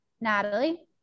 Natalie